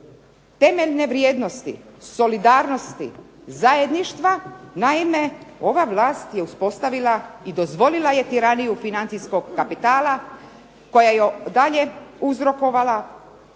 temeljne vrijednosti, solidarnosti, zajedništva, naime ova vlast je uspostavila i dozvolila je tiraniju financijskog kapitala koja je dalje uzrokovala